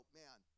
man